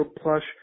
plush